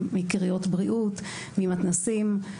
מקריות בריאות וממתנ"סים.